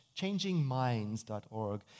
changingminds.org